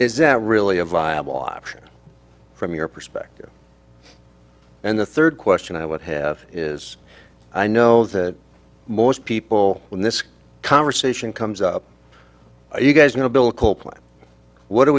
is that really a viable option from your perspective and the third question i would have is i know that most people when this conversation comes up you guys know bill copeland what are